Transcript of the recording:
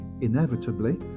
inevitably